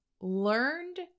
learned